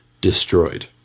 destroyed